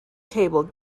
table